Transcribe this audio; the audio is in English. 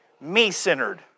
Me-centered